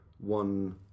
one